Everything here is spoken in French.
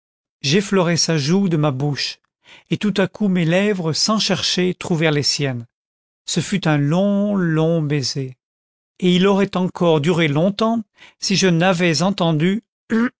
j'effleurais sa joue de ma bouche et tout à coup mes lèvres sans chercher trouvèrent les siennes ce fut un long long baiser et il aurait encore duré longtemps si je n'avais entendu